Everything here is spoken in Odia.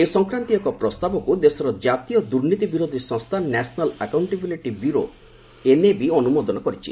ଏ ସଂକ୍ରାନ୍ତୀୟ ଏକ ପ୍ରସ୍ତାବକ୍ର ଦେଶର ଜାତୀୟ ଦୂର୍ନୀତି ବିରୋଧୀ ସଂସ୍ଥା ନ୍ୟାସନାଲ୍ ଏକାଉଣ୍ଟିବିଲିଟ ବ୍ୟୁରୋ ଏନ୍ଏବି ଅନୁମୋଦନ କରିଛି